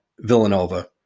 Villanova